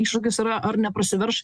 iššūkis yra ar neprasiverš